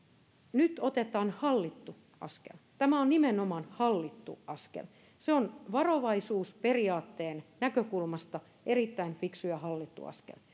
nyt otetaan hallittu askel tämä on nimenomaan hallittu askel se on varovaisuusperiaatteen näkökulmasta erittäin fiksu ja hallittu askel